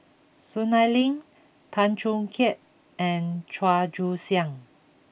Soon Ai Ling Tan Choo Kai and Chua Joon Siang